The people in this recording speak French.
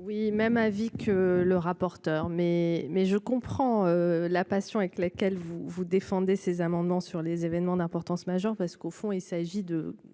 Oui même avis que le rapporteur mais mais je comprends la passion avec laquelle vous vous défendez ces amendements sur les événements d'importance majeure parce qu'au fond il s'agit de